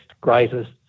greatest